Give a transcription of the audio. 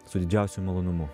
su didžiausiu malonumu